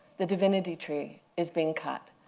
the divinity tree, is being cut